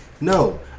No